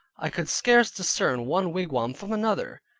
i could scarce discern one wigwam from another.